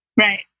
Right